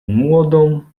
młodą